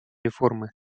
реформы